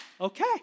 Okay